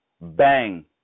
bang